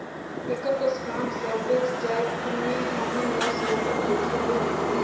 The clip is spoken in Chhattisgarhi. एकर कस काम सबेच जाएत में हमन ल सरलग देखे ले मिलथे